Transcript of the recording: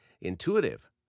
intuitive